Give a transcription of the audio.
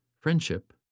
Friendship